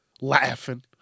laughing